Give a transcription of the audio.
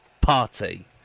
party